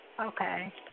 Okay